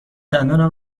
دندانم